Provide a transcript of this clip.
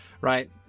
right